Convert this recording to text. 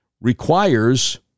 requires